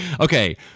okay